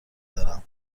دارم